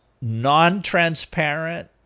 non-transparent